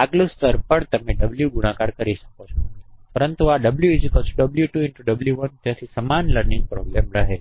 આગલું સ્તરો પણ તમે w ગુણાકાર કરી શકો છો પરંતુ આ WW2W1 તેથી સમાન લર્નિંગ પ્રોબ્લેમ રહે છે